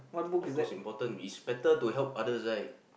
of course important it's better to help others right